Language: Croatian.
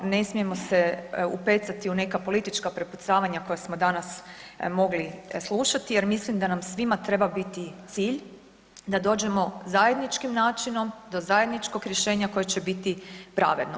Ne smijemo se upecati u neka politička prepucanja koja smo danas mogli slušati jer mislim da nam svima treba biti cilj da dođemo zajedničkim načinom do zajedničkog rješenja koje će biti pravedno.